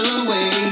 away